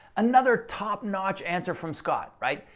another top notch answer from scott, right?